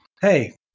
Hey